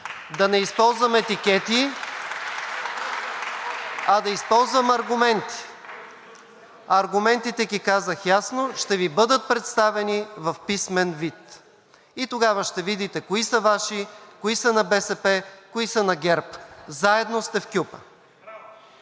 да не използвам етикети, а да използвам аргументи. Аргументите ги казах ясно, ще Ви бъдат представени в писмен вид и тогава ще видите кои са Ваши, кои са на БСП, кои са на ГЕРБ. Заедно сте в кюпа.